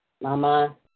Mama